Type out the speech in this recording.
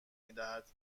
میدهد